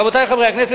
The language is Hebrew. רבותי חברי הכנסת,